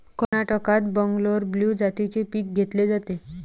कर्नाटकात बंगलोर ब्लू जातीचे पीक घेतले जाते